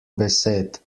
besed